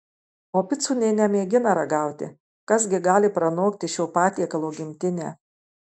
o picų nė nemėgina ragauti kas gi gali pranokti šio patiekalo gimtinę